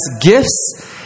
gifts